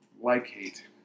Like-hate